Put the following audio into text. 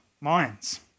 minds